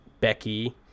Becky